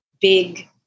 big